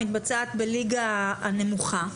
מתבצעת בליגה הנמוכה,